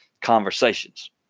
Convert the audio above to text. conversations